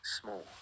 small